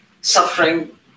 suffering